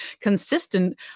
consistent